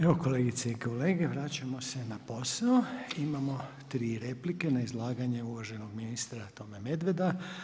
Evo kolegice i kolege, vraćamo se na posao, imamo 3 replike na izlaganje uvaženog ministra Tome Medveda.